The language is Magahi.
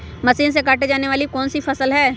मशीन से काटे जाने वाली कौन सी फसल है?